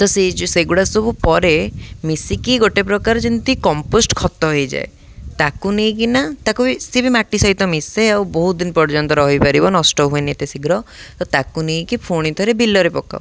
ତ ସେଇ ଯେଉଁ ସେଗୁଡ଼ା ସବୁ ପରେ ମିଶିକି ଗୋଟେ ପ୍ରକାର ଯେମିତି କମ୍ପୋଷ୍ଟ ଖତ ହେଇଯାଏ ତାକୁ ନେଇକିନା ତାକୁ ବି ସିଏ ବି ମାଟି ସହିତ ମିଶେ ଆଉ ବହୁତ ଦିନ ପର୍ଯ୍ୟନ୍ତ ରହିପାରିବ ନଷ୍ଟ ହୁଏନି ଏତେ ଶୀଘ୍ର ତ ତାକୁ ନେଇକି ପୁଣି ଥରେ ବିଲରେ ପକାଉ